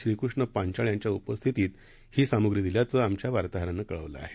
श्रीकृष्ण पांचाळ यांच्या उपस्थितीत ही सामुग्री दिल्याचं आमच्या वार्ताहरानं कळवलं आहे